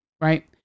right